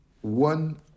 one